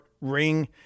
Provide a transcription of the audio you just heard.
ring